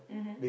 mmhmm